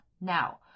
Now